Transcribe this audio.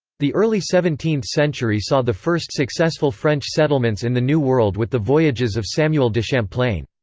the early seventeenth century saw the first successful french settlements in the new world with the voyages of samuel de champlain.